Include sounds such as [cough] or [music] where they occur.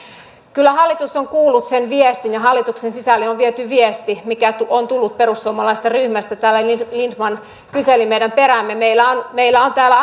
kyllä hallitus on kuullut sen viestin ja hallituksen sisälle on viety viesti mikä on tullut perussuomalaisten ryhmästä täällä lindtman kyseli meidän peräämme meillä on meillä on täällä [unintelligible]